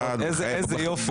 איזה יופי.